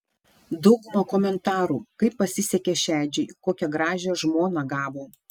dauguma komentarų kaip pasisekė šedžiui kokią gražią žmoną gavo